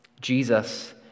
Jesus